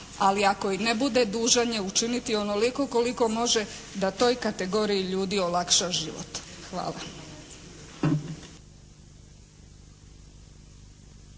Ali ako i ne bude dužan je učiniti onoliko koliko može da toj kategoriji ljudi olakša život. Hvala.